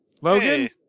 Logan